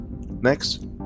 Next